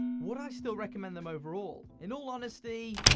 would i still recommend them overall? in all honesty,